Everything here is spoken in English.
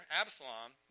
Absalom